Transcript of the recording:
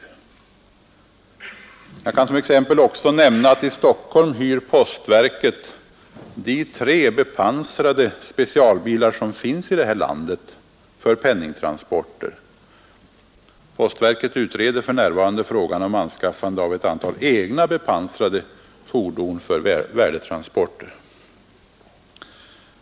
Jag kan som exempel också nämna att i Stockholm hyr postverket de tre bepansrade specialbilar som finns i det här landet för penningtransporter. Postverket utreder för närvarande frågan om anskaffande av ett antal egna bepansrade fordon för värdetransporter.